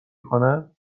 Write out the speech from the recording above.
کنند